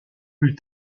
plus